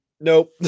Nope